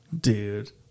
Dude